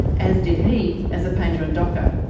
as did he, as a painter and docker.